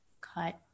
cut